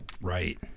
Right